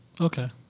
Okay